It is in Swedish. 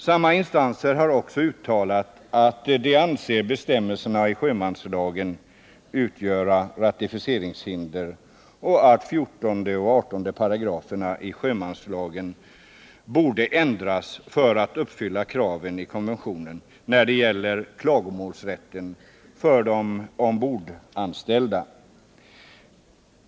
Samma instanser har också uttalat att de anser bestämmelserna i sjömanslagen utgöra ratificeringshinder och att 14 och 18 §§ i sjömanslagen borde ändras för att uppfylla kraven i konventionen när det gäller klagomålsrätten för de ombordanställda.